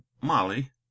Molly